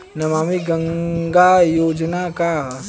नमामि गंगा योजना का ह?